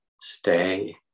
stay